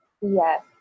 Yes